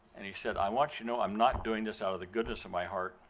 and he said, i want you to know i'm not doing this out of the goodness of my heart,